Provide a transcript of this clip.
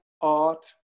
art